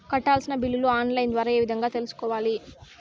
కట్టాల్సిన బిల్లులు online ద్వారా ఏ విధంగా తెలుసుకోవాలి?